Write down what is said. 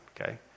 okay